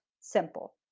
Simple